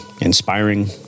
inspiring